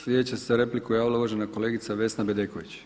Slijedeća se za repliku javila uvažena kolegica Vesna Bedeković.